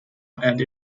and